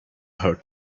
her